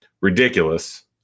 ridiculous